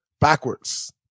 backwards